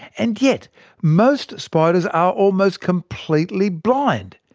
and yet most spiders are almost completely blind.